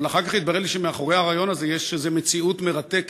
אבל אחר כך התברר לי שמאחורי הרעיון הזה יש איזו מציאות מרתקת,